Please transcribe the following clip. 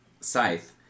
scythe